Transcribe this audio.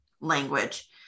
language